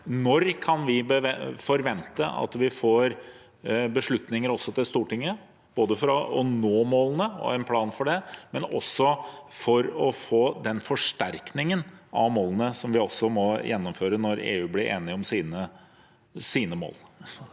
Når kan vi forvente at vi får beslutninger til Stortinget, ikke bare for å nå målene og ha en plan for det, men også for å få den forsterkningen av målene vi må gjennomføre når man i EU blir enig om sine mål?